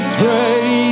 pray